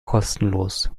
kostenlos